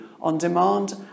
on-demand